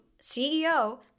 CEO